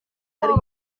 abo